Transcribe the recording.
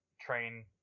train